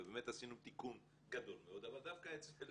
ובאמת עשינו תיקון גדול מאוד אבל דווקא אצל